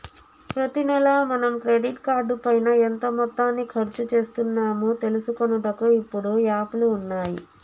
ప్రతి నెల మనం క్రెడిట్ కార్డు పైన ఎంత మొత్తాన్ని ఖర్చు చేస్తున్నాము తెలుసుకొనుటకు ఇప్పుడు యాప్లు ఉన్నాయి